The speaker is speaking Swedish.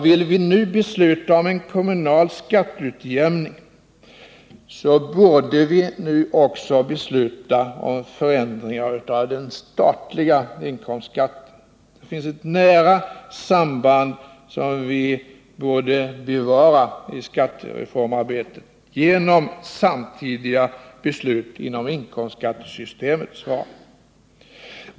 Vill vi nu besluta om en kommunal skatteutjämning, borde vi nu också besluta om förändringar av den statliga inkomstskatten. Det finns ett nära samband mellan dessa ting, som vi borde bevara i skattereformarbetet genom samtidiga beslut inom inkomstskattesystemets ram.